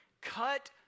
Cut